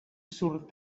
surt